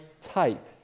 type